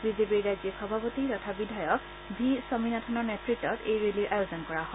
বিজেপিৰ ৰাজ্যিক সভাপতি তথা বিধায়ক ভি স্বমীনাথনৰ নেতৃত্ত এই ৰেলীৰ আয়োজন কৰা হয়